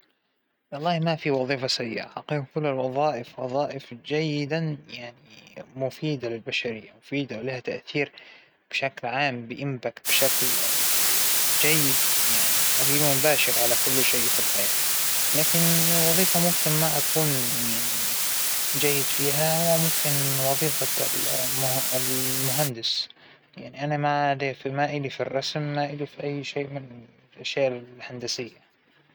ما فى موقف رومانسى بعينه يحضرنى الآن، لكن أعتقد أن جد فى مواقف كثيرة فى العموم أعتبرها رومانسية جدا، يوم تحصل زوج يدعم زوجته بمرضها، زوجة توقف بجنب زوجها بنجاحه ، اثنين يدعمون بعض، إخوان فى العموم يدعمون بعض بالحياة، الرومانسية موجودة بكل المواقف.